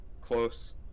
close